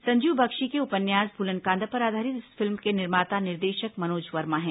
संजीव बख्शी के उपन्याय भूलन कांदा पर आधारित इस फिल्म के निर्माता निर्देशक मनोज वर्मा है